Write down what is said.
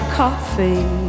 coffee